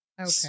Okay